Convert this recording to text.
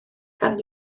gan